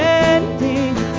ending